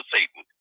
Satan